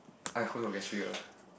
I hope not gastric ah